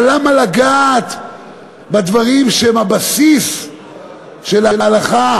אבל למה לגעת בדברים שהם הבסיס של ההלכה,